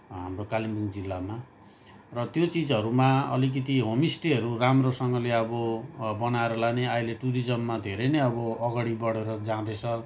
हाम्रो कालिम्पोङ जिल्लामा र त्यो चिजहरूमा अलिकति होमस्टेहरू राम्रोसँगले अब बनाएर लाने अहिले टुरिज्ममा धेरै नै अब अगाडि बढेर जाँदैछ